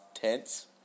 tense